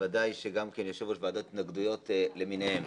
בוודאי שגם יושב-ראש ועדות התנגדויות למיניהן.